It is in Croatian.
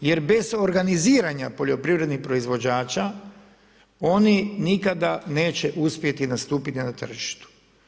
Jer bez organiziranja poljoprivrednih proizvođača oni nikada neće uspjeti nastupiti na tržištu.